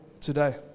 today